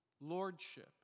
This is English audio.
Lordship